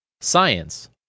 science